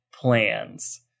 plans